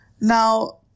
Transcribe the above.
Now